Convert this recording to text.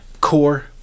core